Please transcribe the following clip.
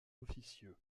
officieux